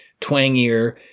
twangier